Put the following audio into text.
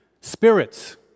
spirits